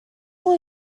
will